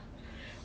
what if you